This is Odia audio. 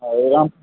ହଏ ରାମ